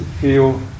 feel